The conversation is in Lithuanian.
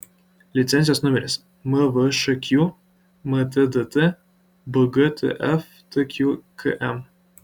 licenzijos numeris mvšq mtdt bgtf tqkm